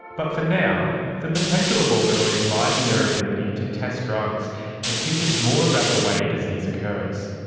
but for now, the potential of organoids lies in their ability to test drugs and teach us more about the way disease occurs.